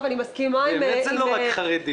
כי אין לאן לשלוח.